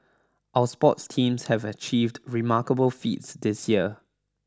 our sports teams have achieved remarkable feats this year